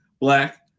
black